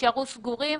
נשארו סגורים.